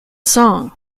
song